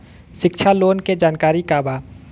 शिक्षा लोन के जानकारी का बा?